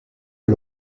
que